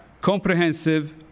comprehensive